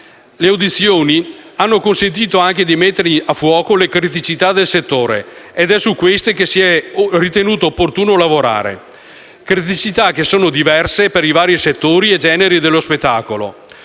Le audizioni hanno consentito anche di mettere a fuoco le criticità del settore ed è su queste che si è ritenuto opportuno lavorare. Sono emerse criticità diverse per i vari settori e generi dello spettacolo.